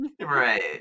Right